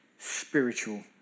Spiritual